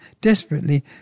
desperately